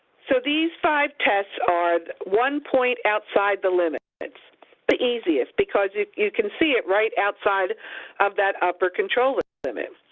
so these five tests are one point outside the limit. that's the easiest, because you can see it right outside of that upper control limit,